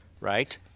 Right